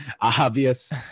obvious